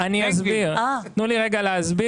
תנו לי רגע להסביר.